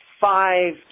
five